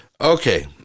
Okay